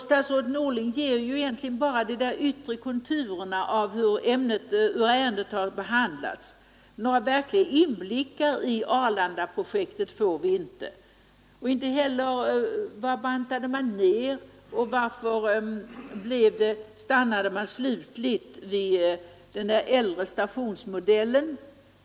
Statsrådet Norling ger bara de yttre konturerna av ärendets behandling; några verkliga inblickar i Arlandaprojektet får vi inte. Varför stannade man slutgiltigt för den äldre stationsmodellen?